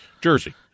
Jersey